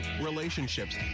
relationships